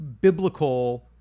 biblical